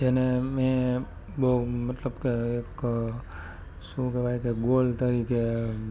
જેને મેં બહુ મતલબ કે એક શું કહેવાય કે ગોલ તરીકે